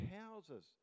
houses